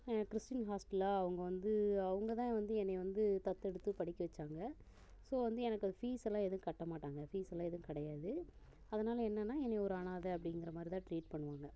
Christian ஹாஸ்டலா அவங்க வந்து அவங்கதான் வந்து என்னை வந்து தத்தெடுத்து படிக்க வச்சாங்க ஸோ வந்து எனக்கு அது ஃபீஸல்லாம் எதுவும் கட்ட மாட்டாங்க ஃபீஸல்லாம் எதுவும் கிடையாது அதனால் என்னன்னால் என்னை ஒரு அனாதை அப்படிங்கிற மாதிரிதான் ட்ரீட் பண்ணுவாங்க